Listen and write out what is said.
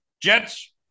Jets